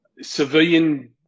Civilian